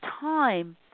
time